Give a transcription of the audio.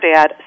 Dad